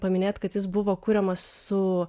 paminėt kad jis buvo kuriamas su